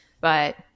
but-